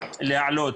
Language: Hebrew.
להעלות.